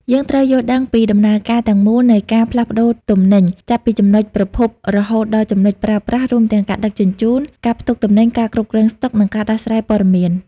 យើងត្រូវយល់ដឹងពីដំណើរការទាំងមូលនៃការផ្លាស់ប្តូរទំនិញ ចាប់ពីចំណុចប្រភពរហូតដល់ចំណុចប្រើប្រាស់ រួមទាំងការដឹកជញ្ជូន ការផ្ទុកទំនិញ ការគ្រប់គ្រងស្តុក និងការដោះស្រាយព័ត៌មាន។